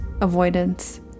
avoidance